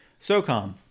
SOCOM